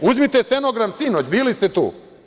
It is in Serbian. Uzmite stenogram, sinoć bili ste tu.